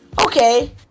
okay